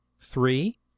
three